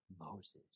Moses